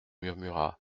murmura